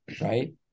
right